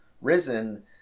risen